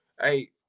Hey